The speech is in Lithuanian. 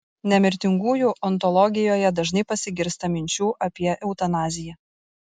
nemirtingųjų ontologijoje dažnai pasigirsta minčių apie eutanaziją